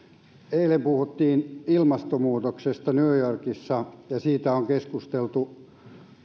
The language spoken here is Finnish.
eilen puhuttiin ilmastonmuutoksesta new yorkissa ja siitä on keskusteltu